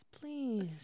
please